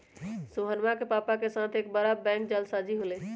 सोहनवा के पापा के साथ एक बड़ा बैंक जालसाजी हो लय